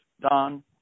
Don